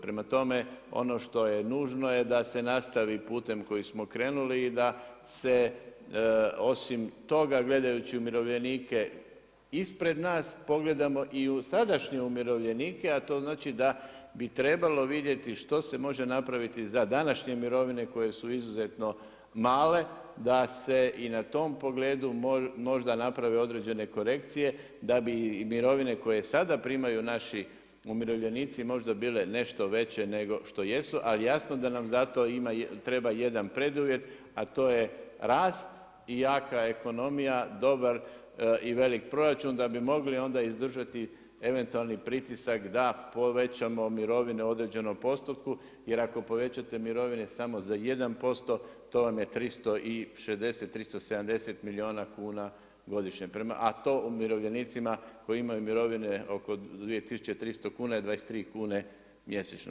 Prema tome, ono što je nužno je da se nastavi putem kojim smo krenuli i da se osim toga gledajući umirovljenike ispred nas, pogledamo i u sadašnje umirovljenike, a to znači da bi trebalo vidjeti što se može napraviti za današnje mirovine koje su izuzetno male da se i u tom pogledu možda naprave određene korekcije da bi mirovine koje sada primaju naši umirovljenici možda bile nešto veće nego što jesu, ali jasno da nam za to treba jedan preduvjet, a to je rast i jaka ekonomija, dobar i velik proračun da bi mogli onda izdržati eventualni pritisak da povećamo mirovine u određenom postotku jer ako povećate mirovine samo za 1% to vam je 360, 370 milijuna kuna godišnje, a to umirovljenicima koji imaju mirovine oko 2.300 kuna je 23 kune mjesečno.